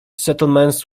settlements